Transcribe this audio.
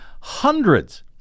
hundreds